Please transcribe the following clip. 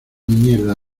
mierda